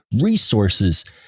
Resources